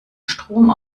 strom